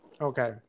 Okay